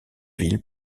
villes